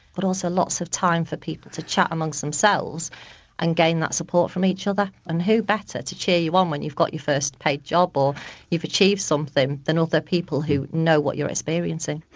but also, lots of time for people to chat amongst themselves and gain that support from each other. and who better to cheer you on, when you've got your first paid job or you've achieved something, then other people who know what you're experiencing?